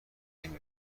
این